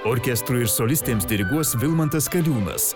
orkestrui ir solistėms diriguos vilmantas kaliūnas